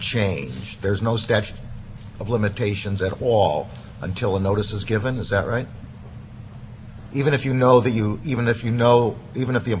you know even if the employer tells you we're not going to give you any i would say i would say it's to the earlier of when you get the notice or the time you would otherwise apply for